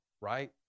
right